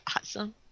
awesome